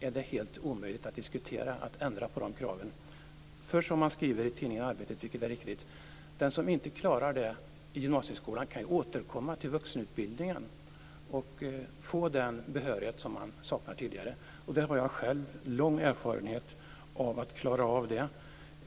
Är det helt omöjligt att diskutera en ändring av det? Som man skriver i tidningen Arbetet, vilket är riktigt: Den som inte klarar det - i gymnasieskolan - kan ju återkomma till vuxenutbildningen och få den behörighet som man saknar tidigare. Jag har själv lång erfarenhet av hur man klarar av det.